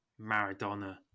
Maradona